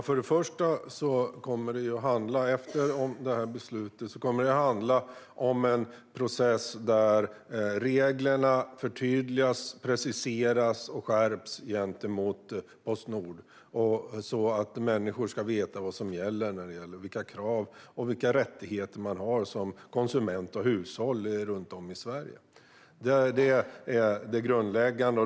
Fru talman! Efter beslutet kommer det först och främst att handla om en process där reglerna förtydligas, preciseras och skärps gentemot Postnord så att människor ska veta vilka krav som ställs och vilka rättigheter som konsumenter och hushåll runt om i Sverige har. Det är det grundläggande.